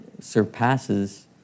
surpasses